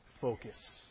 focus